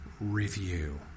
Review